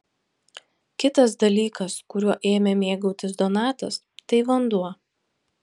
kitas dalykas kuriuo ėmė mėgautis donatas tai vanduo